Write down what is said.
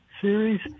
series